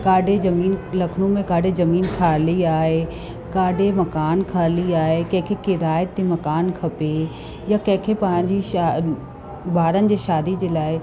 काॾे ज़मीन लखनऊ में काॾे ज़मीन ख़ाली आहे काॾे मकान ख़ाली आहे कंहिंखें किराए ते मकान खपे या कंहिंखें पंहिंजी छा ॿारनि जे शादी जे लाइ